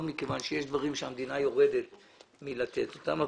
מכיוון שיש דברים שהמדינה יורדת מהם ולא נותנת אותם.